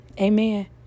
Amen